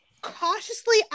cautiously